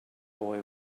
boy